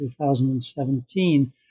2017